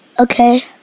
Okay